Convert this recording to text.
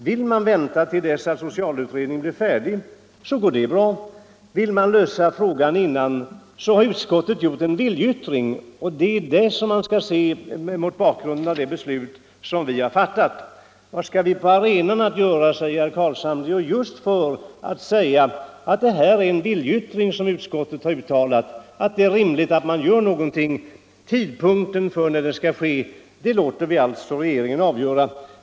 Vill regeringen vänta till dess att socialutredningen blir färdig går det bra, och vill den ta upp frågan innan dess går det också bra. Utskottet har gjort en viljeyttring. Vad skall vi på arenan att göra, undrar herr Carlshamre. Jo, just för att markera att vad utskottet här har uttalat är en viljeyttring: det är rimligt att någonting görs. Tidpunkten när det skall ske låter vi däremot regeringen avgöra.